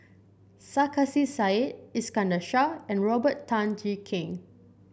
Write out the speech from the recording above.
Sarkasi Said Iskandar Shah and Robert Tan Jee Keng